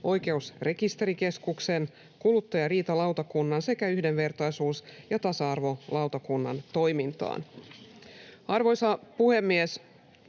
Oikeusrekisterikeskuksen, kuluttajariitalautakunnan sekä yhdenvertaisuus‑ ja tasa-arvolautakunnan toimintaan. Arvoisa puhemies!